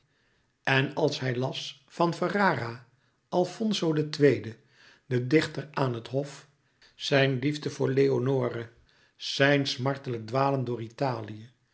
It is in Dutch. en als hij las van ferrara alfonso ii den dichter aan het hof zijn liefde voor leonore zijn smartelijk dwalen door italië